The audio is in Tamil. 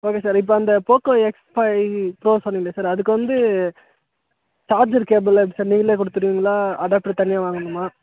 ஓகே சார் இப்போ அந்த போக்கோ எக்ஸ் ஃபை ப்ரோ சொன்னீங்கள சார் அதுக்கு வந்து சார்ஜர் கேபிள்லாம் எப்படி சார் நீங்களே கொடுத்துருவீங்களா அடாப்டர் தனியாக வாங்கணுமா